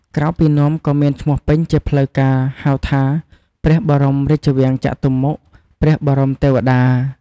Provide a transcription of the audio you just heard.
ក្រៅពីនាំក៏មានឈ្មោះពេញជាផ្លូវការណ៍ហៅថា "ព្រះបរមរាជវាំងចតុមុខ ព្រះបរមទេវតា"។